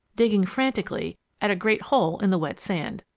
digging frantically at a great hole in the wet sand.